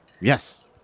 Yes